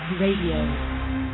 Radio